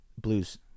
Blues